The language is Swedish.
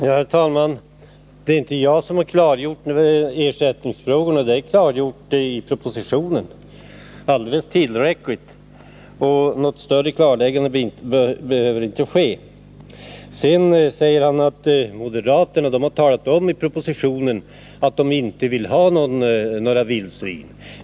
Herr talman! Det är inte jag som har klargjort ersättningsfrågorna — de är tillräckligt klargjorda i propositionen. Något vidare klarläggande behövs därför inte. Arne Andersson i Ljung sade att moderaterna i reservationen har talat om att de inte vill ha några vildsvin.